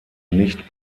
nicht